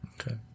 Okay